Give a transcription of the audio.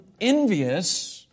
envious